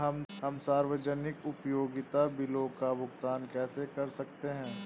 हम सार्वजनिक उपयोगिता बिलों का भुगतान कैसे कर सकते हैं?